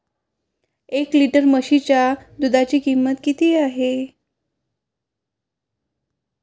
एक लिटर म्हशीच्या दुधाची किंमत किती आहे?